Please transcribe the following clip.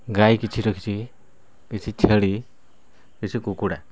ଗାଈ କିଛି ରଖିଛି କିଛି ଛେଳି କିଛି କୁକୁଡ଼ା